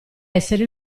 essere